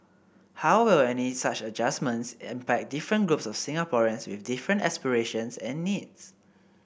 how will any such adjustments impact different groups of Singaporeans with different aspirations and needs